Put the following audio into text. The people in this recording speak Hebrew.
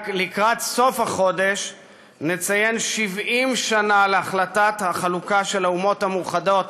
לקראת סוף החודש נציין 70 שנה להחלטת החלוקה של האומות המאוחדות